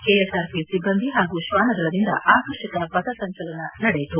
KS R P ಸಿಬ್ಬಂದಿ ಹಾಗೂ ಶ್ವಾನದಳದಿಂದ ಆಕರ್ಷಕ ಪಥ ಸಂಚಲನ ನಡೆಯಿತು